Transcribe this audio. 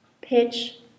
pitch